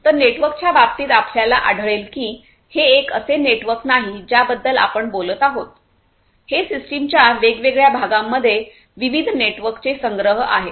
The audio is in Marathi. तर नेटवर्कच्या बाबतीत आपल्याला आढळेल की हे एक असे नेटवर्क नाही ज्याबद्दल आपण बोलत आहोत हे सिस्टमच्या वेगवेगळ्या भागांमध्ये विविध नेटवर्कचे संग्रह आहेत